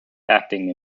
acting